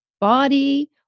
body